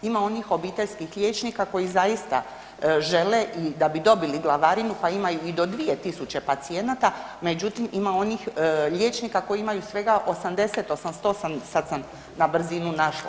Ima onih obiteljskih liječnika koji zaista žele i da bi dobili glavarinu, pa imaju i do 2000 pacijenata, međutim ima onih liječnika koji imaju svega 80, 88 sad sam na brzinu našla.